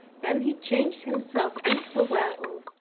then he changed himself into a were-wolf